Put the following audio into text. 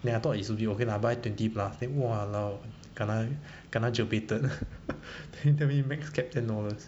ya I thought it's worth it lah buy twenty plus then !walao! kena jio baited then tell me max cap ten dollars